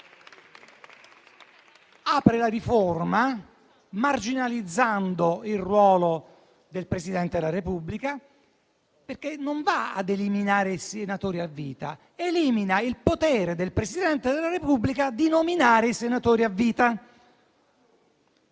e marginalizzando il ruolo del Presidente della Repubblica, perché non va ad eliminare i senatori a vita, bensì il potere del Presidente della Repubblica di nominarli. È un